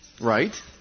Right